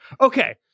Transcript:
Okay